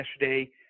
yesterday